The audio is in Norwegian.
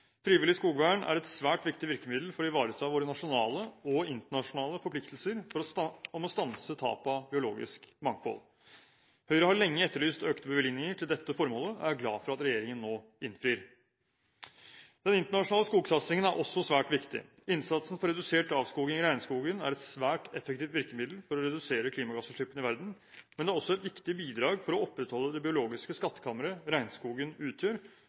Frivillig skogvern er et svært viktig virkemiddel for å ivareta våre nasjonale og internasjonale forpliktelser til å stanse tapet av biologisk mangfold. Høyre har lenge etterlyst økte bevilgninger til dette formålet, og er glad for at regjeringen nå innfrir. Den internasjonale skogsatsingen er også svært viktig. Innsatsen for redusert avskoging i regnskogen er et svært effektivt virkemiddel for å redusere klimagassutslippene i verden, men det er også et viktig bidrag for å opprettholde det biologiske skattkammeret regnskogen utgjør,